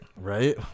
Right